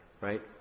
right